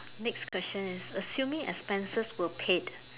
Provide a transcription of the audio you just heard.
next question is assuming expenses were paid